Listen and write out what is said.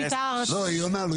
היא עונה לו.